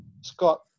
Scott